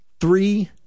three